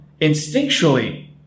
instinctually